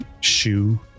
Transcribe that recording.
shoe